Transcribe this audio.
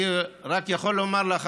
אני רק יכול לומר לך,